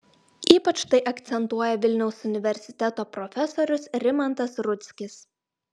ypač tai akcentuoja vilniaus universiteto profesorius rimantas rudzkis